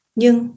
nhưng